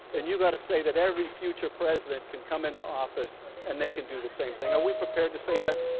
and you got to say every future president can come into office and they can do the same thing. are we prepared to say that?